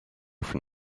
from